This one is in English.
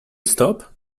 stop